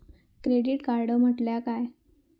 Credit card म्हटल्या काय?